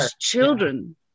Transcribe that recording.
children